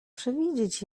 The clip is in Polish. przewidzieć